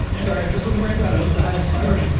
sorry, that's what the brain does what's the highest priority,